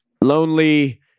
lonely